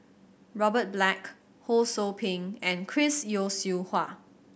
Robert Black Ho Sou Ping and Chris Yeo Siew Hua